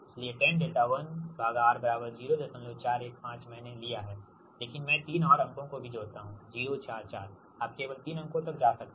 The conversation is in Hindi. इसलिए tan𝛿1R 0415 मैंने लिया है लेकिन मैं तीन और अंकों को भी जोड़ता हूं 044 आप केवल 3 अंकों तक जा सकते हैं